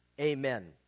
amen